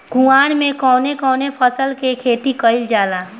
कुवार में कवने कवने फसल के खेती कयिल जाला?